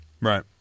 Right